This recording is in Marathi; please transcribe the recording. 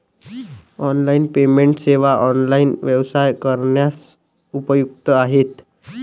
ऑनलाइन पेमेंट सेवा ऑनलाइन व्यवसाय करण्यास उपयुक्त आहेत